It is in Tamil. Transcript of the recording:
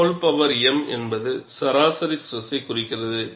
〖C1β〗m என்பது சராசரி ஸ்ட்ரெஸை குறிக்கிறது